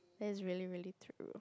that's really really true